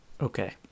okay